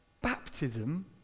Baptism